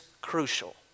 crucial